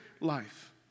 life